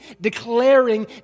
declaring